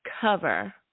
cover